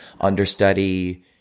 understudy